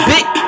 Big